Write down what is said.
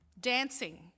dancing